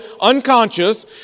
unconscious